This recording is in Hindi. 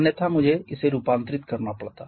अन्यथा मुझे इसे रूपांतरित करना पड़ता